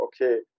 okay